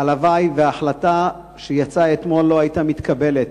הלוואי שהחלטה שיצאה אתמול לא היתה מתקבלת,